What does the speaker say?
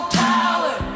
power